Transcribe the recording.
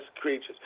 creatures